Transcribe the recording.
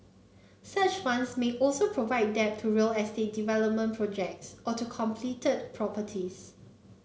such funds may also provide debt to real estate development projects or to completed properties